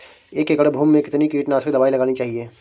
एक एकड़ भूमि में कितनी कीटनाशक दबाई लगानी चाहिए?